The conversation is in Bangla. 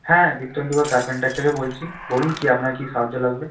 হ্যাঁ দীপ্তেন্দু কা কার্পেন্টার থেকে বলছি বলুন কি আপনার কী সাহায্য লাগবে